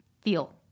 feel